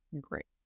great